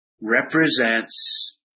represents